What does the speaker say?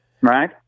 Right